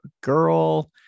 girl